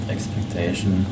Expectation